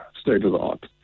state-of-the-art